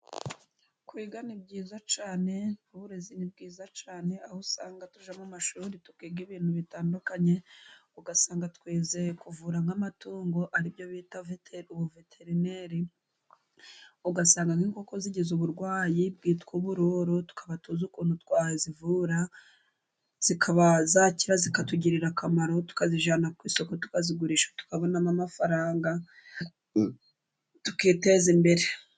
Kwiga ni byiza cyane uburezi ni bwiza cyane, aho usanga tujya mu mashuri tukiga ibintu bitandukanye, usanga twizeyo kuvura nk'amatungo aribyo bita ubuveterineri, usanga nk'inkoko zigize uburwayi bwitwa uburoro, tukaba tuzi ukuntu twazivura zikaba zakira zikatugirira akamaro, tukazijyana ku isoko tukazigurisha tukabonamo amafaranga tukiteza imbere.